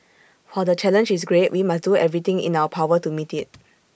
whole the challenge is great we must do everything in our power to meet IT